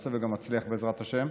מנסה וגם מצליח, בעזרת השם.